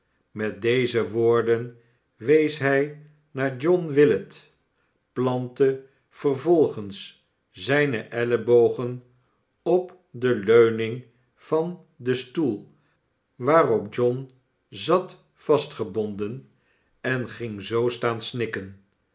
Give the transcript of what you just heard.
met deze woorden wees hij naar john willet plantte vevolgens zijne ellebogen op de leuning van den stoel waarop john zat vastgebonden en ging zoo staan